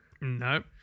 No